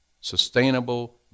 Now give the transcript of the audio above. sustainable